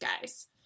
guys